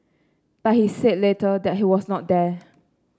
but he said later that he was not there